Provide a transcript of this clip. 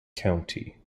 county